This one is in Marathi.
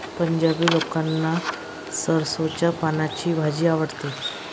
पंजाबी लोकांना सरसोंच्या पानांची भाजी आवडते